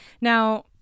Now